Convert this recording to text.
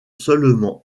seulement